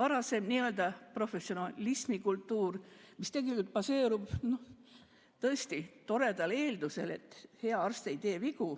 Varasem nii-öelda professionalismikultuur, mis tegelikult baseerub tõesti toredal eeldusel, et hea arst ei tee vigu,